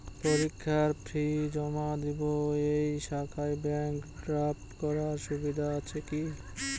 পরীক্ষার ফি জমা দিব এই শাখায় ব্যাংক ড্রাফট করার সুবিধা আছে কি?